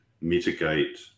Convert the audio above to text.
mitigate